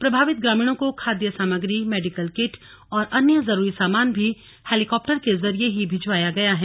प्रभावित ग्रामीणों को खाद्य सामाग्री मेडिकल किट और अन्य जरूरी सामान भी हेलीकॉप्टर के जरिए ही भिजवाया गया है